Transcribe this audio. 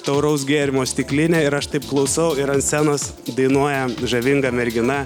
tauraus gėrimo stiklinė ir aš taip klausau ir ant scenos dainuoja žavinga mergina